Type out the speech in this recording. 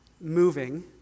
moving